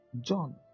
john